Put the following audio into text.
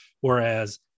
whereas